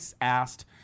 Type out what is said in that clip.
asked